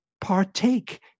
partake